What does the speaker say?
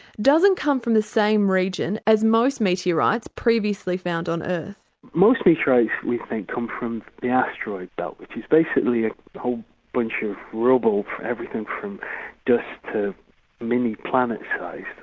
doesn't come from the same region as most meteorites previously found on earth. most meteorites, we think, come from the asteroid belt, which is basically a whole bunch of rubble, everything from dust to mini planet size,